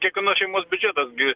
kiekvienos šeimos biudžetas gi